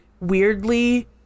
weirdly